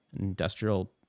industrial